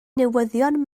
newyddion